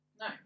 no